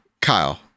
Kyle